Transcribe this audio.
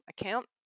account